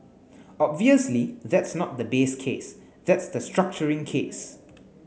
obviously that's not the base case that's the structuring case